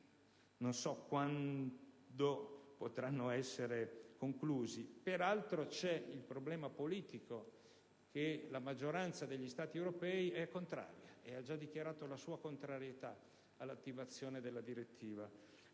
non so quando potranno essere conclusi. Peraltro, c'è il problema politico che la maggioranza degli Stati europei è contraria e ha già dichiarato la sua contrarietà, alla attivazione della direttiva.